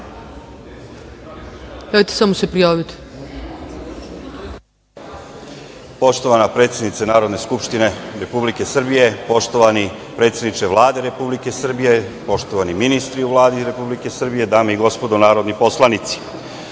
Poštovana predsednice Narodne skupštine Republike Srbije, poštovani predsedniče Vlade Republike Srbije, poštovani ministri u Vladi Republike Srbije, dame i gospodo narodni poslanici,